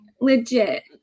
legit